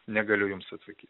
negaliu jums atsakyt